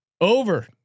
over